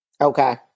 Okay